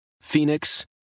Phoenix